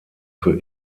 für